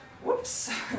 Whoops